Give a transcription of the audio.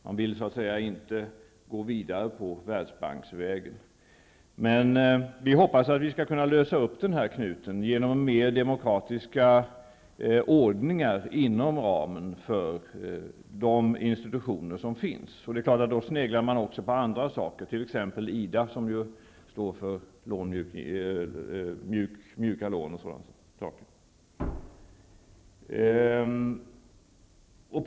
Man vill så att säga inte gå vidare på världsbanksvägen. Men vi hoppas att vi skall kunna lösa upp denna knut genom en mer demokratisk ordning inom ramen för de institutioner som finns. Man sneglar då självfallet även på andra organ, t.ex. IDA, som ju står för mjuka lån och liknande.